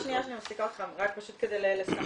סליחה שאני מפסיקה אותך, רק פשוט כדי לסנכרן.